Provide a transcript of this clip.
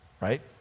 right